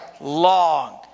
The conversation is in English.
long